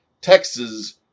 Texas